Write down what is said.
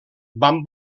van